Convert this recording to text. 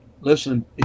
listen